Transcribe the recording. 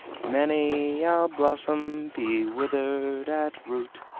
many a blossom be withered at root,